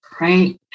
Right